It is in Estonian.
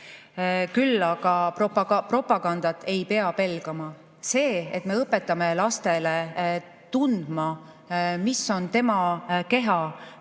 Küll aga propagandat ei pea pelgama. Seda, et me õpetame last tundma, [milline] on tema keha